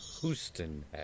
Houston